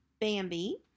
Bambi